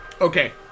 Okay